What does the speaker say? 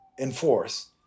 enforce